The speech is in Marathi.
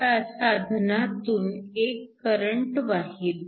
आता साधनातून एक करंट वाहील